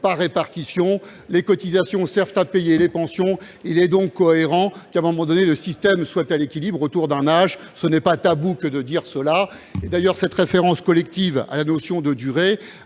par répartition, les cotisations servent à payer les pensions. Il est donc cohérent que, à un moment donné, le système soit à l'équilibre autour d'un âge ; ce n'est pas tabou de dire cela. D'ailleurs, la référence collective à la notion de durée